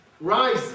rise